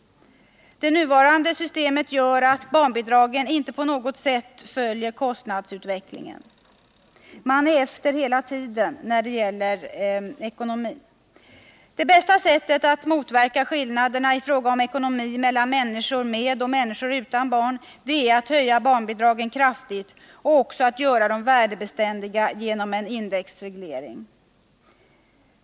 Det nuvarande systemet innebär att barnbidragen inte på något sätt följer kostnadsutvecklingen — man ligger hela tiden efter. Det bästa sättet att motverka de ekonomiska skillnaderna mellan människor med och människor utan barn är att höja barnbidragen kraftigt och göra dem värdebeständiga genom en indexreglering.